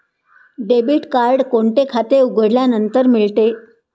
Debit card कोणते खाते उघडल्यानंतर मिळते?